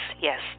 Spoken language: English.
yes